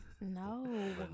No